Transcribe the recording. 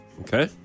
Okay